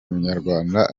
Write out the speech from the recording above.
munyarwanda